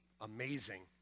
amazing